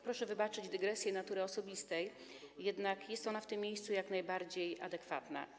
Proszę wybaczyć dygresję natury osobistej, jednak jest ona w tym miejscu jak najbardziej adekwatna.